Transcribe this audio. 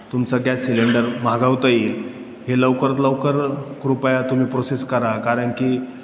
तुमचं gas cylinder मागवता येईल हे लवकरात लवकर कृपया तुम्ही प्रोसेस करा कारण की